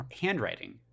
handwriting